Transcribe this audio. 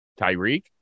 Tyreek